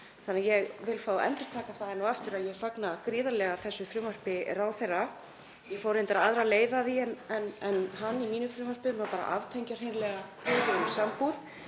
andlát. Ég vil fá að endurtaka það enn og aftur að ég fagna gríðarlega þessu frumvarpi ráðherra. Ég fór reyndar aðra leið að því en hann í mínu frumvarpi, þá að aftengja hreinlega ákvæðið um sambúð,